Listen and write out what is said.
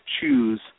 choose